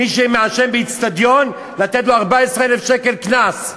מי שמעשן באיצטדיון, לתת לו 14,000 שקל קנס.